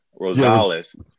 Rosales